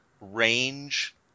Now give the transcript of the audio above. range